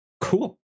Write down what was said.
Cool